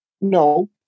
No